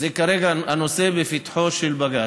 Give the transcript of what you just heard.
כרגע הנושא בפתחו של בג"ץ.